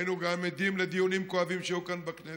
והיינו גם עדים לדיונים כואבים שהיו כאן בכנסת.